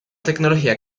tecnología